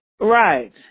Right